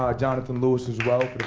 ah jonathan lewis, as well,